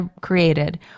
created